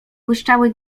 błyszczały